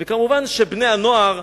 כמובן, בני-הנוער,